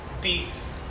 beats